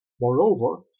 Moreover